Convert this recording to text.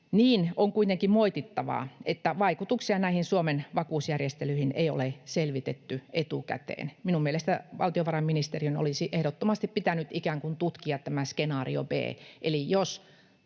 niin on kuitenkin moitittavaa, että vaikutuksia näihin Suomen vakuusjärjestelyihin ei ole selvitetty etukäteen. Minun mielestäni valtiovarainministeriön olisi ehdottomasti pitänyt ikään kuin tutkia tämä skenaario B